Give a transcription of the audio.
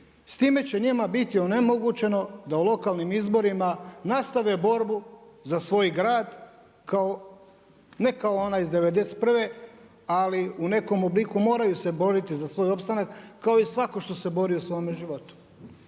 S time će njima biti onemogućeno da u lokalnim izborima nastave borbu za svoj grad ne kao ona iz '91. ali u nekom obliku moraj se boriti za svoj opstanak kao i svako tko se borio u svome životu.